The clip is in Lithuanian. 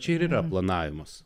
čia ir yra planavimas